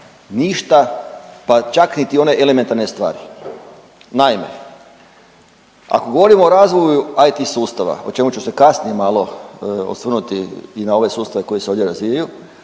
ništa, pa čak niti one elementarne stvari. Naime, ako govorimo o razvoju IT sustava, o čemu ću se kasnije malo osvrnuti i na ove sustave koji se ovdje razvijaju,